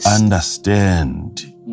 understand